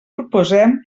proposem